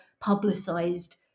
publicized